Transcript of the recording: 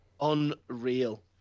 Unreal